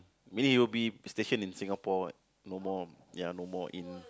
meaning he will be stationed in Singapore what no more ya no more in